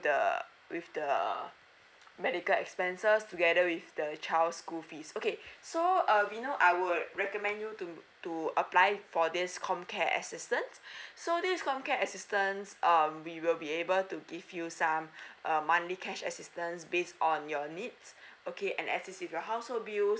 with the with the medical expenses together with the child school fees okay so uh vino I would recommend you to to apply for this com care assistance so this com care assistance um we will be able to give you some err monthly cash assistance based on your needs okay and assist your household used